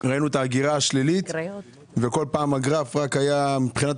ראינו את ההגירה השלילית, והגרף היה רק עולה.